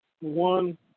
one